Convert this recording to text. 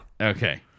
Okay